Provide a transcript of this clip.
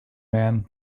man